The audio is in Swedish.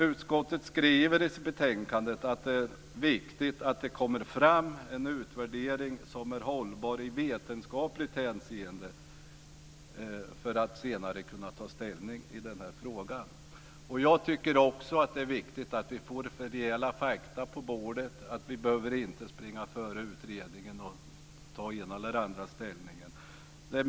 Utskottet skriver i betänkandet att det är viktigt att det kommer fram en utvärdering som är hållbar i vetenskapligt hänseende för att vi senare ska kunna ta ställning i den här frågan. Också jag tycker att det är viktigt att vi får fram fakta på bordet. Vi behöver inte springa före utredningen med det ena eller det andra ställningstagandet.